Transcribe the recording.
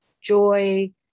joy